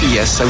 Yes